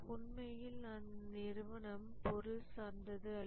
உண்மையில் அந்நிறுவனம் பொருள் சார்ந்தது அல்ல